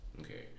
Okay